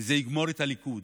וזה יגמור את הליכוד,